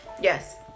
yes